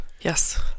Yes